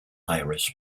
iris